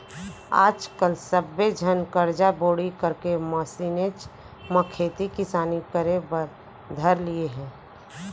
आज काल सब्बे झन करजा बोड़ी करके मसीनेच म खेती किसानी करे बर धर लिये हें